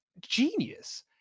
genius